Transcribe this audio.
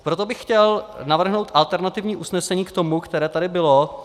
Proto bych chtěl navrhnout alternativní usnesení k tomu, které tady bylo.